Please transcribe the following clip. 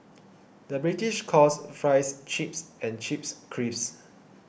the British calls Fries Chips and Chips Crisps